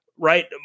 right